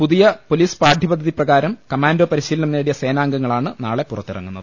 പുതിയ പൊലീസ് പാഠ്യപദ്ധതി പ്രകാരം കമാന്റോ പരിശ്വീലനം നേടിയ സേനാംഗങ്ങളാണ് നാളെ പുറത്തിറങ്ങുന്നത്